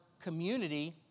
community